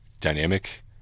dynamic